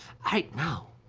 right now,